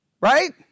Right